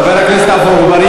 חבר הכנסת עפו אגבאריה,